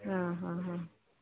ആ ഹാ ഹാ